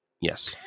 Yes